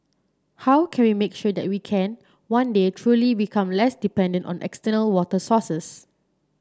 how can we make sure that we can one day truly become less dependent on external water sources